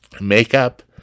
makeup